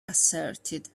asserted